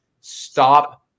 Stop